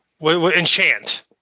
enchant